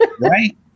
Right